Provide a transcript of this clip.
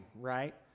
right